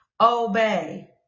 obey